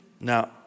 Now